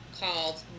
called